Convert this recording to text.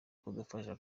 kudufasha